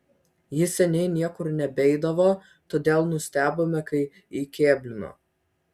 jis seniai niekur nebeidavo todėl nustebome kai įkėblino